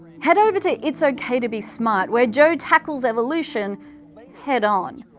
head over to it's okay to be smart, where joe tackles evolution head on.